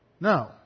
No